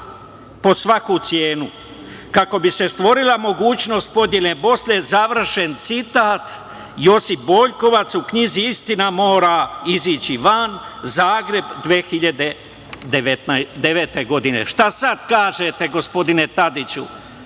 po svaku cenu kako bi se stvorila mogućnost podele Bosne, završen citat, Josip Boljkovac u knjizi „Istina mora izaći van“ Zagreb 2009. godine. Šta sad kažete gospodine Tadiću?